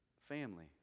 family